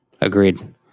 Agreed